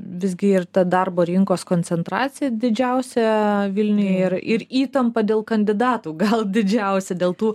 visgi ir ta darbo rinkos koncentracija didžiausia vilniuje ir ir įtampa dėl kandidatų didžiausi dėl tų